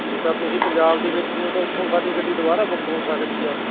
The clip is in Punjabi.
ਜੇ ਤਾਂ ਤੁਸੀਂ ਪੰਜਾਬ ਦੇ ਵਿੱਚ ਹੀ ਹੋ ਤਾਂ ਉੱਥੋਂ ਸਾਡੀ ਗੱਡੀ ਦੁਬਾਰਾ ਬੁੱਕ ਹੋ ਸਕਦੀ ਆ